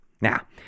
Now